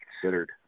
considered